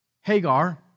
Hagar